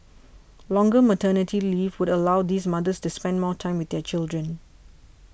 longer maternity leave would allow these mothers to spend more time with their children